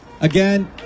Again